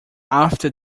after